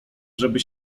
żeby